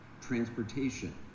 transportation